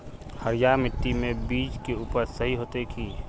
हरिया मिट्टी में बीज के उपज सही होते है?